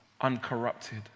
uncorrupted